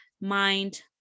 mind